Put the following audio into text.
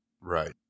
Right